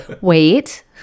wait